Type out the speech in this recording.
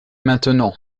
maintenant